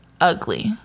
ugly